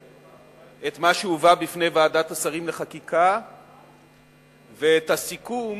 את מה שהובא בפני ועדת השרים לחקיקה ואת הסיכום